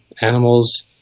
animals